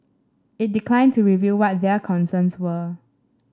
it declined to reveal what their concerns were